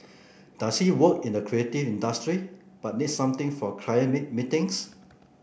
does he work in a creative industry but needs something for client meetings